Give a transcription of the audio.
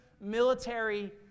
military